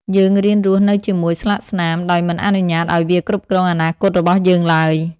យើងរៀនរស់នៅជាមួយស្លាកស្នាម ដោយមិនអនុញ្ញាតឱ្យវាគ្រប់គ្រងអនាគតរបស់យើងឡើយ។